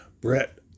Brett